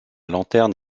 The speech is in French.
lanterne